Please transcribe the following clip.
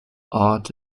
art